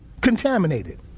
contaminated